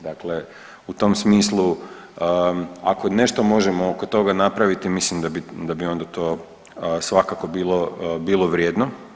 Dakle, u tom smislu ako nešto možemo oko toga napraviti mislim da bi onda to svakako bilo vrijedno.